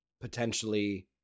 potentially –